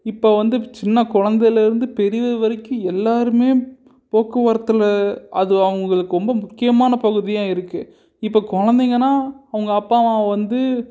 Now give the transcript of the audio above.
இப்போ வந்து சின்ன குழந்தைலேருந்து பெரியவர் வரைக்கும் எல்லாருமே போ போக்குவரத்தில் அது அவங்களுக்கு ரொம்ப முக்கியமான பகுதியாக இருக்குது இப்போ குழந்தைங்கனா அவங்க அப்பா அம்மா வந்து